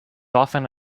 often